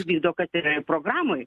vykdo kas yra ir programoj